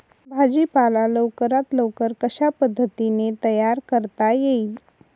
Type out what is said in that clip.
भाजी पाला लवकरात लवकर कशा पद्धतीने तयार करता येईल?